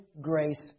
grace